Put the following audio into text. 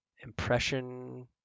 Impression